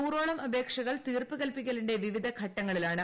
നൂറോളം അപേക്ഷകൾ തീർപ്പ് കൽപ്പിക്കലിന്റെ വിവിധ ഘട്ടങ്ങളിലാണ്